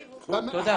תודה.